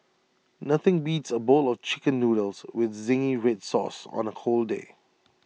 nothing beats A bowl of Chicken Noodles with Zingy Red Sauce on A cold day